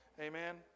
Amen